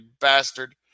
bastard